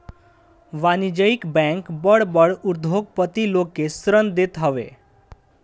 वाणिज्यिक बैंक बड़ बड़ उद्योगपति लोग के ऋण देत हवे